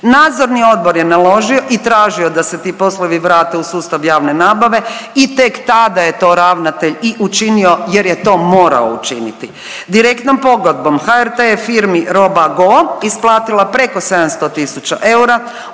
nadzorni odbor je naložio i tražio da se ti poslovi vrate u sustav javne nabave i tek tada je to ravnatelj i učinio jer je to morao učiniti. Direktnom pogodbom HRT je firmi Robago isplatila preko 700 tisuća